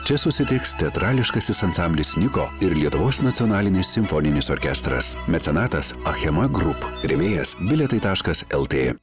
čia susitiks teatrališkasis ansamblis niko ir lietuvos nacionalinis simfoninis orkestras mecenatas achema group rėmėjas bilietai taškas lt